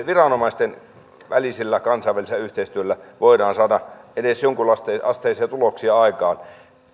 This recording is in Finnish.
viranomaisten välisellä kansainvälisellä yhteistyöllä voidaan saada edes jonkunasteisia tuloksia aikaan